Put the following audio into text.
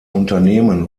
unternehmen